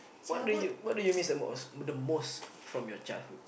what do you what do you miss the most the most from your childhood